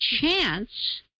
chance